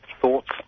thoughts